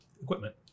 equipment